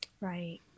right